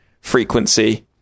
frequency